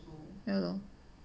ya lah